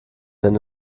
denn